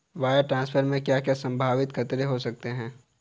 Wire transfer में क्या क्या संभावित खतरे हो सकते हैं?